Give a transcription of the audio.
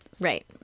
right